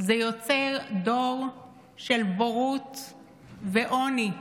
זה יוצר דור של בורות ועוני,